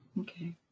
Okay